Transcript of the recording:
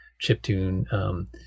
chiptune